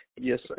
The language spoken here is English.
Yes